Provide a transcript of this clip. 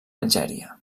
algèria